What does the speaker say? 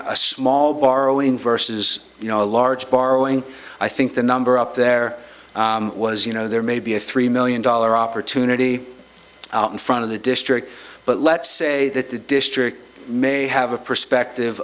of a small borrowing versus you know a large borrowing i think the number up there was you know there may be a three million dollar opportunity in front of the district but let's say that the district may have a perspective